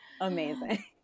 amazing